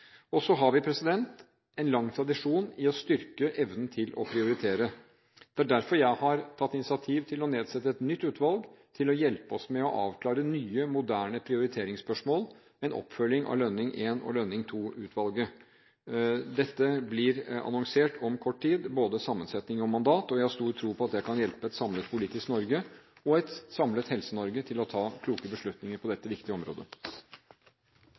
Så har vi en lang tradisjon i å styrke evnen til å prioritere. Det er derfor jeg har tatt initiativ til å nedsette et nytt utvalg til å hjelpe oss med å avklare nye moderne prioriteringsspørsmål med en oppfølging av Lønning I- og Lønning II-utvalget. Dette blir annonsert om kort tid, både sammensetning og mandat, og jeg har stor tro på at det kan hjelpe et samlet politisk Norge og et samlet Helse-Norge til å ta kloke beslutninger på dette viktige området.